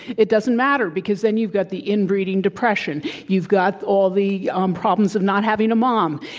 it doesn't matter, because then you've got the inbreeding depression. you've got all the um problems of not having a mom,